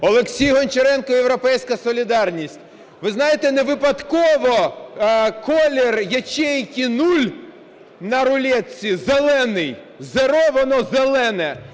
Олексій Гончаренко, "Європейська солідарність". Ви знаєте, невипадково колір ячейки "нуль" на рулетці зелений, зеро - воно зелене.